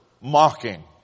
mocking